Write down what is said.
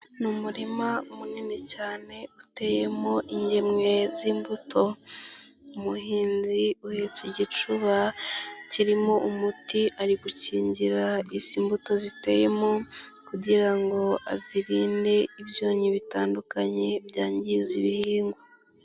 Ni umurima munini cyane uteyemo ingemwe z'imbuto, umuhinzi uhetse igicuba kirimo umuti ari gukingira izi mbuto ziteyemo kugira ngo azirinde ibyonnyi bitandukanye byangiza ibihingwa.